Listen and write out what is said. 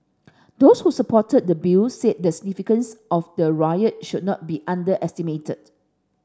those who supported the Bill said the significance of the riot should not be underestimated